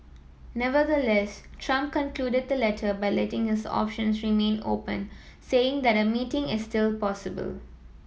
Nevertheless Trump concluded the letter by letting his options remain open saying that a meeting is still possible